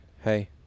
hey